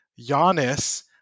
Giannis